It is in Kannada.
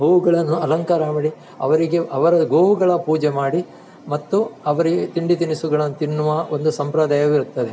ಹೂವುಗಳನ್ನು ಅಲಂಕಾರ ಮಾಡಿ ಅವರಿಗೆ ಅವರ ಗೋವುಗಳ ಪೂಜೆ ಮಾಡಿ ಮತ್ತು ಅವರಿಗೆ ತಿಂಡಿ ತಿನಿಸುಗಳನ್ನು ತಿನ್ನುವ ಒಂದು ಸಂಪ್ರದಾಯವಿರುತ್ತದೆ